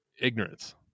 ignorance